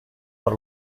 per